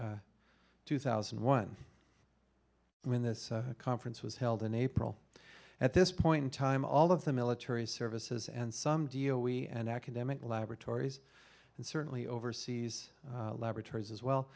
by two thousand and one when this conference was held in april at this point in time all of the military services and some deal we and academic laboratories and certainly overseas laboratories as well